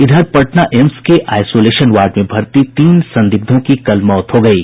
इधर पटना एम्स के isolation ward में भर्ती तीन संदिग्धों की कल मौत हो गयी